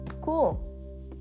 cool